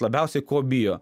labiausiai ko bijo